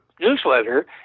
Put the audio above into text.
newsletter